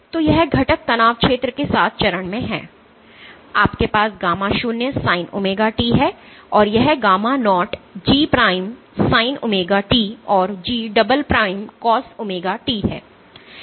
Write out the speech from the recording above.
तो यह घटक तनाव क्षेत्र के साथ चरण में है आपके पास गामा शून्य sin omega t है और यह गामा naught G sin omega t और G cos omega t है